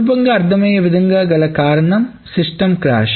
సులభముగా అర్థమయ్యే విధంగా గల కారణం సిస్టం క్రాష్